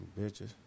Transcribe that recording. bitches